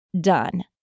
done